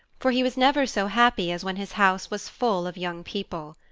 for he was never so happy as when his house was full of young people.